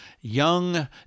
Young